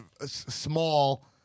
small